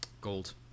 Gold